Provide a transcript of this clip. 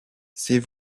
c’est